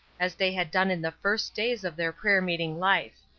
as they had done in the first days of their prayer-meeting life.